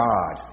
God